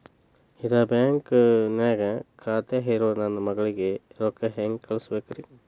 ಇದ ಬ್ಯಾಂಕ್ ನ್ಯಾಗ್ ಖಾತೆ ಇರೋ ನನ್ನ ಮಗಳಿಗೆ ರೊಕ್ಕ ಹೆಂಗ್ ಕಳಸಬೇಕ್ರಿ?